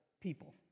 people